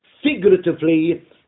figuratively